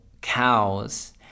cows